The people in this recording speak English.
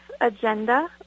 agenda